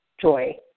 joy